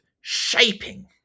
shaping